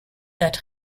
that